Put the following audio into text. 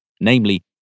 namely